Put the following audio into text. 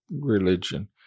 religion